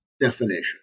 definition